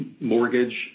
mortgage